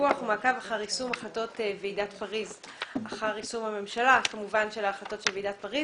ולפיקוח ומעקב אחר יישום החלטות הממשלה את החלטות ועידת פריז.